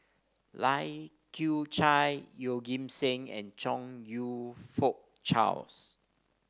Lai Kew Chai Yeoh Ghim Seng and Chong You Fook Charles